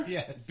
Yes